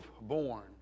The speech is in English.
born